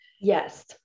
Yes